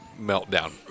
meltdown